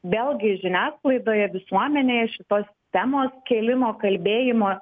vėlgi žiniasklaidoje visuomenėje šitos temos kėlimo kalbėjimo